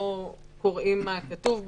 לא קוראים מה כתוב בו,